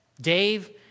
Dave